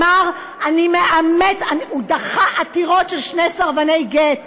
הוא דחה עתירות של שני סרבני גט שאמרו: